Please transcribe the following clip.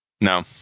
No